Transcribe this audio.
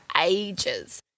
ages